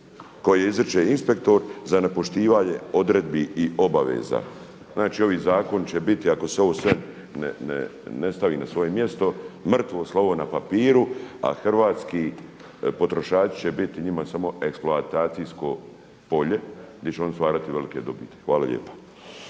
koju izriče inspektor za nepoštivanje odredbi i obaveza. Znači ovaj zakon će biti ako se ovo sve ne stavi na svoje mjesto mrtvo slovo na papiru a hrvatski potrošači će biti njima samo eksploatacijsko polje gdje će oni stvarati velike dobiti. Hvala lijepa.